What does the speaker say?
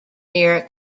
near